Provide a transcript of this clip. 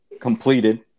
completed